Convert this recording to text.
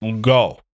Go